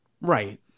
right